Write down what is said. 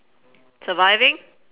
surviving